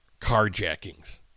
carjackings